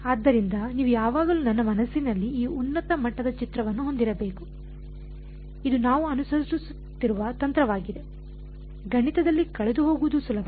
ಆದ್ದರಿಂದ ನೀವು ಯಾವಾಗಲೂ ನನ್ನ ಮನಸ್ಸಿನಲ್ಲಿ ಈ ಉನ್ನತ ಮಟ್ಟದ ಚಿತ್ರವನ್ನು ಹೊಂದಿರಬೇಕು ಇದು ನಾವು ಅನುಸರಿಸುತ್ತಿರುವ ತಂತ್ರವಾಗಿದೆ ಗಣಿತದಲ್ಲಿ ಕಳೆದುಹೋಗುವುದು ಸುಲಭ